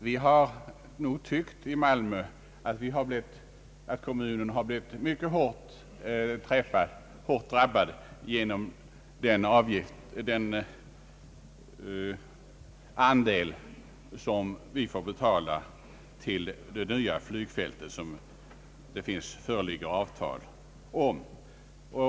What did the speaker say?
Vi har i Malmö tyckt att kommunen har blivit hårt drabbad genom den andel som vi får betala till det nya flygfältet som det föreligger avtal om.